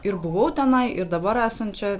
ir buvau tenai ir dabar esant čia